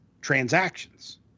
transactions